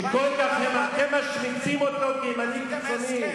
שאתם כל כך משמיצים אותו כימני קיצוני.